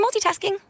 multitasking